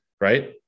right